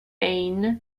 kane